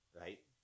Right